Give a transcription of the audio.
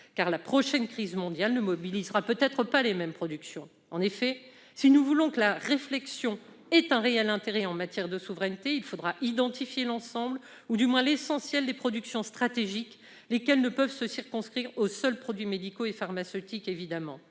la prochaine crise mondiale ne mobilisera peut-être pas les mêmes productions. En effet, si nous voulons que la réflexion sur la souveraineté ait une réelle portée, il faudra identifier l'ensemble, ou du moins l'essentiel, des « productions stratégiques », lesquelles ne peuvent être circonscrites aux seuls produits médicaux et pharmaceutiques.